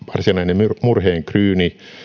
varsinainen murheenkryyni